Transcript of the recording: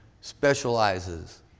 specializes